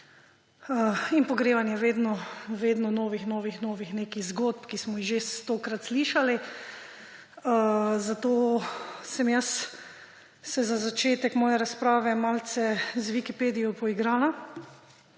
In pogrevanje vedno novih, novih, novih nekih zgodb, ki smo jih že 100-krat slišali. Zato sem se jaz za začetek moje razprave malce z Wikipedijo poigrala